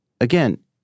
again